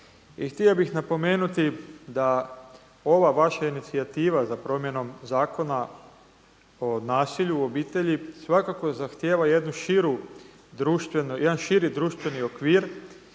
htio bih napomenuti da ova vaša inicijativa za promjenom Zakona o nasilju u obitelji svakako zahtijeva jednu širi društveni okvir